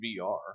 VR